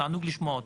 תענוג לשמוע אותם.